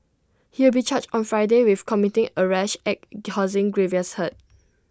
he will be charged on Friday with committing A rash act causing grievous hurt